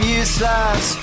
useless